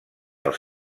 els